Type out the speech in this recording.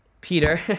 Peter